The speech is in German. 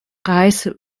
preis